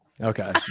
Okay